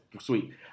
sweet